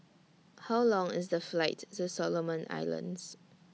How Long IS The Flight to Solomon Islands